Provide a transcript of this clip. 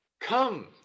Come